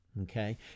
Okay